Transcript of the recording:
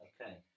okay